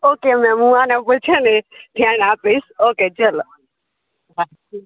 okay ma'am હું ma'am આને પૂછેને ધ્યાન આપીશ ઓકે ચલો હા